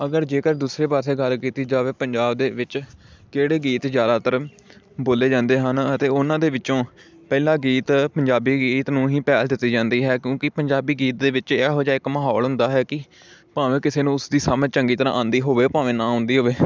ਅਗਰ ਜੇਕਰ ਦੂਸਰੇ ਪਾਸੇ ਗੱਲ ਕੀਤੀ ਜਾਵੇ ਪੰਜਾਬ ਦੇ ਵਿੱਚ ਕਿਹੜੇ ਗੀਤ ਜ਼ਿਆਦਾਤਰ ਬੋਲੇ ਜਾਂਦੇ ਹਨ ਅਤੇ ਉਨ੍ਹਾਂ ਦੇ ਵਿੱਚੋਂ ਪਹਿਲਾ ਗੀਤ ਪੰਜਾਬੀ ਗੀਤ ਨੂੰ ਹੀ ਪਹਿਲ ਦਿੱਤੀ ਜਾਂਦੀ ਹੈ ਕਿਉਂਕਿ ਪੰਜਾਬੀ ਗੀਤ ਦੇ ਵਿੱਚ ਇਹੋ ਜਿਹਾ ਇੱਕ ਮਾਹੌਲ ਹੁੰਦਾ ਹੈ ਕਿ ਭਾਵੇਂ ਕਿਸੇ ਨੂੰ ਉਸਦੀ ਸਮਝ ਚੰਗੀ ਤਰ੍ਹਾਂ ਆਉਂਦੀ ਹੋਵੇ ਭਾਵੇਂ ਨਾ ਆਉਂਦੀ ਹੋਵੇ